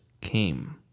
came